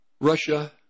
Russia